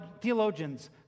theologians